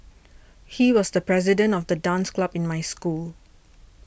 he was the president of the dance club in my school